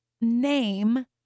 name